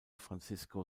francisco